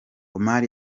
omar